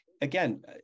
Again